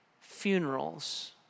funerals